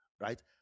right